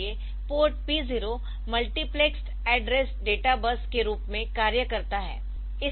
उदाहरण के लिए port P0 multiplexed address data bus के रूप में कार्य करता है